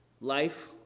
life